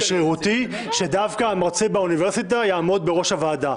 שרירותי שדווקא המרצה באוניברסיטה יעמוד בראש הוועדה,